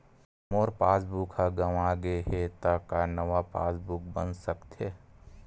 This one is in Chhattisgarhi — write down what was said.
मोर पासबुक ह गंवा गे हे त का नवा पास बुक बन सकथे?